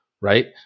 Right